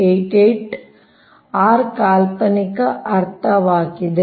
7788 r ಕಾಲ್ಪನಿಕ ಅರ್ಥವಾಗಿದೆ